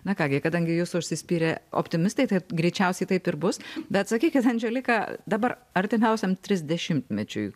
na ką gi kadangi jūs užsispyrę optimistai tai greičiausiai taip ir bus bet sakykit andželika dabar artimiausiam trisdešimtmečiui